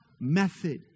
method